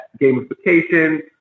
gamification